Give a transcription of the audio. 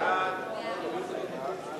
הסיכום שהביא חבר הכנסת אופיר אקוניס נתקבלה.